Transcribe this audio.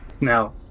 now